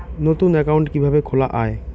নতুন একাউন্ট কিভাবে খোলা য়ায়?